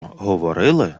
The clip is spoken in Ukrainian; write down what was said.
говорили